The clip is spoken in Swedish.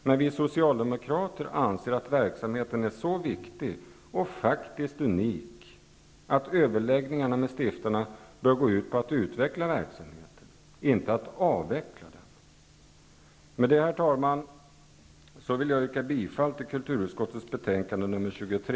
Men vi socialdemokrater anser att verksamheten är så viktig och faktiskt så unik att överläggningarna med stiftarna bör gå ut på att utveckla verksamheten och inte avveckla den. Med detta, herr talman, yrkar jag bifall till kulturutskottets betänkande nr 23.